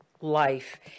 life